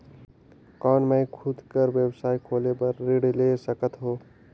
कौन मैं खुद कर व्यवसाय खोले बर ऋण ले सकत हो?